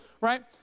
right